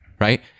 right